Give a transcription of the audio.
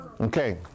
Okay